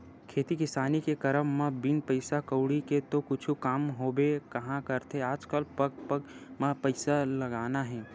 खेती किसानी के करब म बिन पइसा कउड़ी के तो कुछु काम होबे काँहा करथे आजकल पग पग म पइसा लगना हे